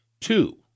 Two